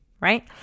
right